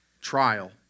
Trial